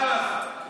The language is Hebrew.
מילה לא יפה.